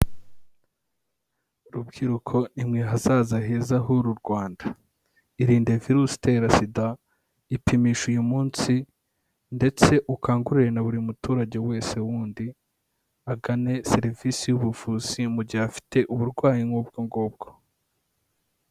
Rubyiruko nimwe hazaza heza h'uru Rwanda. Irinde virusi itera Sida. Ipimishe uyu munsi ndetse ukangurire na buri muturage wese wundi agane serivisi y'ubuvuzi mu gihe afite uburwayi nk'ubwo bwoko.